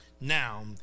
Now